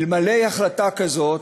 אלמלא החלטה כזאת,